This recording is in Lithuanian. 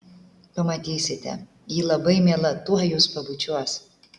pamatysite ji labai miela tuoj jus pabučiuos